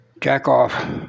jack-off